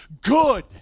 good